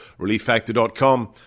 relieffactor.com